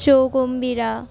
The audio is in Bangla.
ছৌ গম্ভীরা